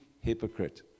hypocrite